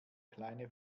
kleine